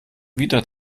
wieder